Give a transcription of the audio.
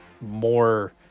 more